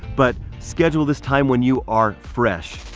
but schedule this time when you are fresh.